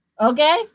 Okay